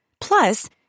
Plus